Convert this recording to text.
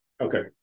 Okay